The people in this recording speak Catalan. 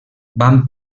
van